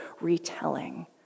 retelling